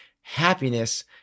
happiness